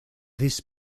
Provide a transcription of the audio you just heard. this